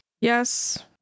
Yes